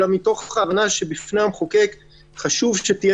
אלא מתוך הבנה שבפני המחוקק חשוב שתהיה